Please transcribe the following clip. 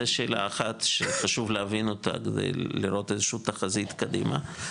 זה שאלה אחת שחשוב להבין אותה כדי לראות איזשהו תחזית קדימה,